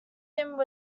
him